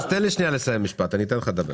בועז, תן לי שנייה לסיים משפט, אתן לך לדבר.